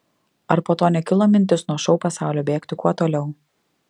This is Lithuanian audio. ar po to nekilo mintis nuo šou pasaulio bėgti kuo toliau